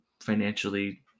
financially